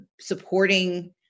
supporting